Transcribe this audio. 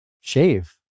shave